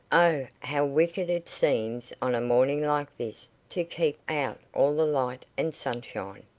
oh, how wicked it seems on a morning like this to keep out all the light and sunshine.